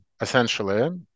essentially